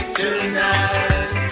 tonight